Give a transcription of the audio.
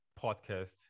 podcast